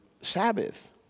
Sabbath